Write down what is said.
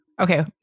Okay